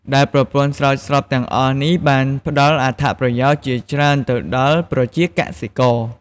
ដែលប្រព័ន្ធស្រោចស្រពទាំងអស់នេះបានផ្ដល់អត្ថប្រយោជន៍ជាច្រើនទៅដល់ប្រជាកសិករ។